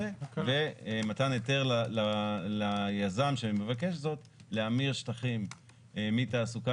ומתן היתר ליזם שמבקש זאת להמיר שטחים מתעסוקה